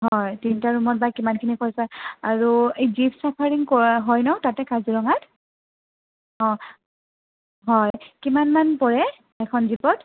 হয় তিনিটা ৰুমত বা কিমানখিনি খৰচা আৰু এই জীপ চাফাৰীং কৰা হয় ন' তাতে কাজিৰঙাত অঁ হয় কিমান মান পৰে এখন জীপত